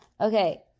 Okay